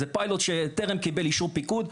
זה פיילוט שטרם קיבל אישור פיקוד.